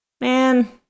Man